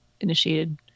initiated